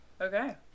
Okay